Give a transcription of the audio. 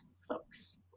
folks